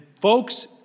folks